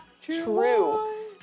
True